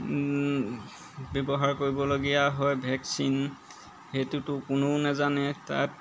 ব্যৱহাৰ কৰিবলগীয়া হয় ভেকচিন সেইটোতো কোনো নাজানে তাত